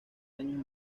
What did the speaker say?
años